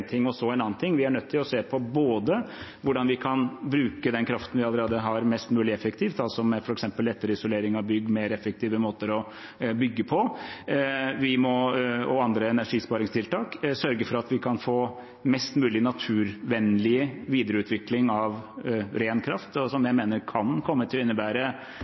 annen ting. Vi er nødt til å se på både hvordan vi kan bruke den kraften vi allerede har, mest mulig effektivt, altså med f.eks. etterisolering av bygg, mer effektive måter å bygge på og andre energisparingstiltak, og sørge for at vi kan få mest mulig naturvennlig videreutvikling av ren kraft, som jeg mener kan komme til å innebære